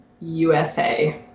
usa